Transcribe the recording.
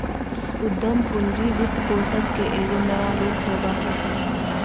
उद्यम पूंजी वित्तपोषण के एगो नया रूप होबा हइ